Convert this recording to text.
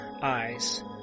eyes